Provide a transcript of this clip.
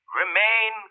remain